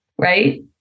Right